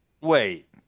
wait